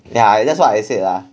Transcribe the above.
ya that's why I said ah